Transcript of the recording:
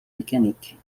mécanique